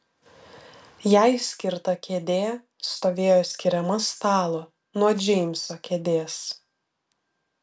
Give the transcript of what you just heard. jai skirta kėdė stovėjo skiriama stalo nuo džeimso kėdės